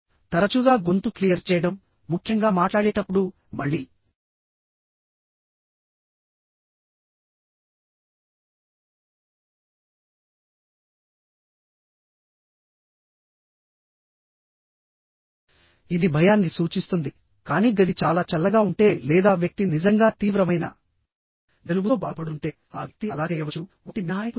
తరచుగా గొంతు క్లియర్ చేయడం ముఖ్యంగా మాట్లాడేటప్పుడు మళ్ళీ ఇది భయాన్ని సూచిస్తుంది కానీ గది చాలా చల్లగా ఉంటే లేదా వ్యక్తి నిజంగా తీవ్రమైన జలుబుతో బాధపడుతుంటే ఆ వ్యక్తి అలా చేయవచ్చు వంటి మినహాయింపులు ఉన్నాయి